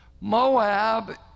Moab